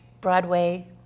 Broadway